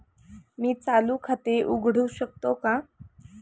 मी चालू खाते उघडू शकतो का?